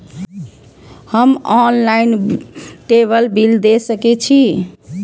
हम online table bill दे सके छी?